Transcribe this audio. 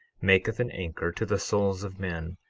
maketh an anchor to the souls of men,